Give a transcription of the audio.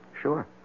Sure